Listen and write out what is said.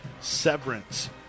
Severance